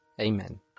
Amen